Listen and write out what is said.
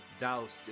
doused